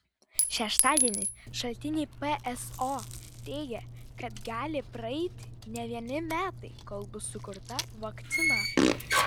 šeštadienį šaltiniai pso teigė kad gali praeiti ne vieni metai kol bus sukurta vakcina